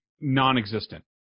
non-existent